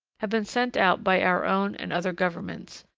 have been sent out by our own and other governments,